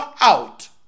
out